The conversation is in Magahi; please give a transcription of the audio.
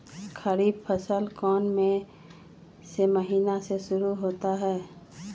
खरीफ फसल कौन में से महीने से शुरू होता है?